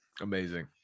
Amazing